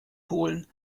holen